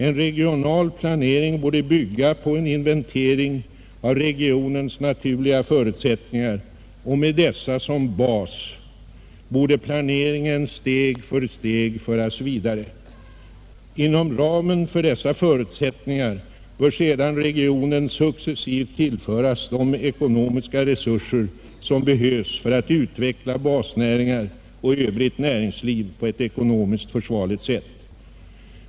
En regional planering borde bygga på en inventering av regionens naturliga förutsättningar och med dessa som bas borde planeringen steg för steg föras vidare. Inom ramen för dessa förutsättningar bör sedan regionen successivt tillföras de ekonomiska resurser som behövs för att utveckla basnäringar och övrigt näringsliv på ett ekonomiskt försvarligt sätt.